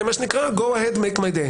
מה שנקרא, לכו קדימה, עשו לי את היום.